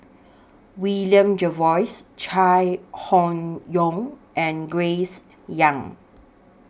William Jervois Chai Hon Yoong and Grace Young